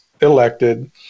elected